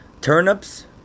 turnips